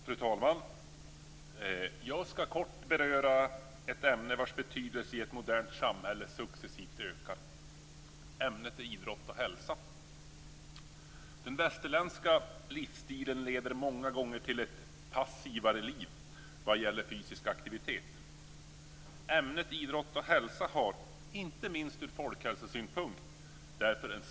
Fru talman! Jag skall kort beröra ett ämne vars betydelse i ett modernt samhälle successivt ökar. Ämnet är Idrott och hälsa. Den västerländska livsstilen leder många gånger till ett passivare liv när det gäller fysisk aktivitet. Ämnet Idrott och hälsa är därför - inte minst från folkhälsosynpunkt - av stor vikt.